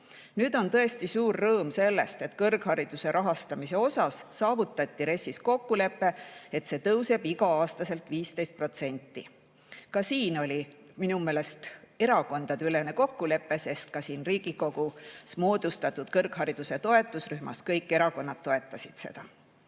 Nüüd on tõesti suur rõõm, et kõrghariduse rahastamise osas saavutati RES-is kokkulepe, et see tõuseb igal aastal 15%. Ka selles oli minu meelest erakondadeülene kokkulepe, sest ka siin Riigikogus moodustatud kõrghariduse toetusrühmas kõik erakonnad toetasid seda.